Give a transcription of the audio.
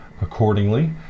accordingly